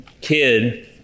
kid